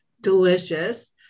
delicious